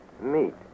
meat